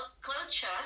culture